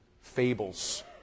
fables